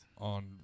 on